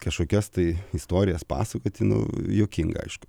kažkokias tai istorijas pasakoti nu juokinga aišku